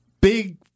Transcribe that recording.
Big